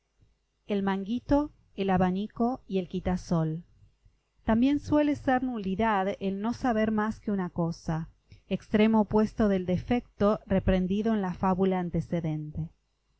el manguito el abanico y el quitasol también suele ser nulidad el no saber más que una cosa extremo opuesto del defecto reprendido en la fábula antecedente